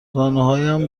زانوهایم